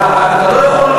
אבל אתה לא יכול,